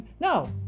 No